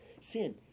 sin